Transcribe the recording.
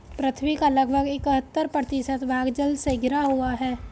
पृथ्वी का लगभग इकहत्तर प्रतिशत भाग जल से घिरा हुआ है